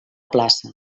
plaça